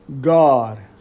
God